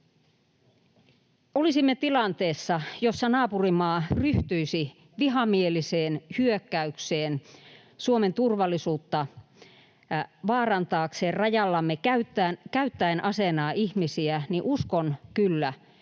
olisimme tilanteessa, jossa naapurimaa ryhtyisi vihamieliseen hyökkäykseen Suomen turvallisuutta vaarantaakseen rajallamme käyttäen aseenaan ihmisiä, niin uskon kyllä,